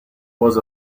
was